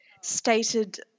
stated